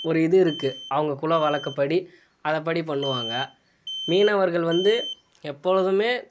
ஒரு இது இருக்கு அவங்க குல வழக்கப்படி அதைப்படி பண்ணுவாங்க மீனவர்கள் வந்து எப்பொழுதுமே